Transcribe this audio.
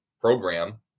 program